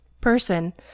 person